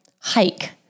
hike